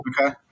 Okay